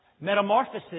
Metamorphosis